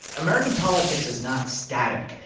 american politics is not static.